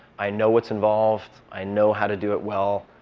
i know what's involved. i know how to do it well.